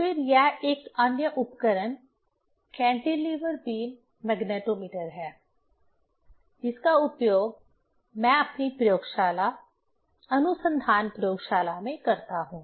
फिर यह एक अन्य उपकरण कैंटिलीवर बीम मैग्नेटोमीटर है जिसका उपयोग मैं अपनी प्रयोगशाला अनुसंधान प्रयोगशाला में करता हूं